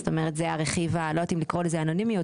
אני לא יודעת אם לקרוא לזה "אנונימיות",